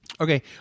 Okay